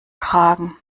kragen